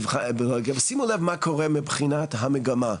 שימו לב מה קורה מבחינת המגמה,